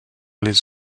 les